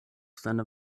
seine